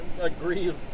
agree